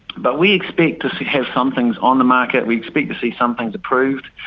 but we expect to have some things on the market, we expect to see some things approved,